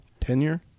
tenure